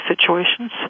situations